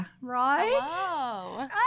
Right